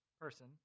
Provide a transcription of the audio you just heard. person